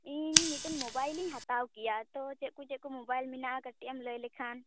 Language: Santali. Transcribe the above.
ᱤᱧ ᱢᱤᱫᱴᱮᱱ ᱢᱳᱵᱟᱭᱤᱞ ᱦᱟᱛᱟᱣ ᱠᱮᱭᱟ ᱛᱚ ᱪᱮᱫᱠᱚ ᱪᱮᱫᱠᱚ ᱢᱳᱵᱟᱭᱤᱞ ᱢᱮᱱᱟᱜᱼᱟ ᱠᱟᱹᱴᱤᱡᱮᱢ ᱞᱟᱹᱭ ᱞᱮᱠᱷᱟᱱ